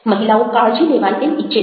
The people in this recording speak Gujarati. મહિલાઓ કાળજી લેવાય તેમ ઈચ્છે છે